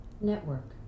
Network